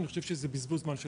אני חושב שזה בזבוז זמן של...